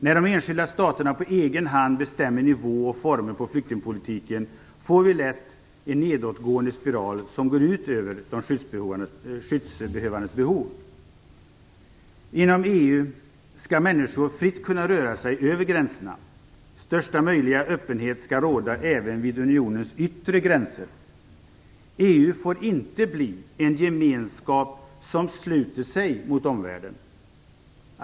När de enskilda staterna på egen hand bestämmer nivå och former för flyktingpolitiken får vi lätt en nedåtgående spiral som går ut över de skyddsbehövandes behov. Inom EU skall människor fritt kunna röra sig över gränserna. Största möjliga öppenhet skall råda även vid unionens yttre gränser. EU får inte bli en gemenskap som sluter sig mot omvärlden.